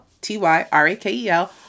T-Y-R-A-K-E-L